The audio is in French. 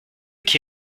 qui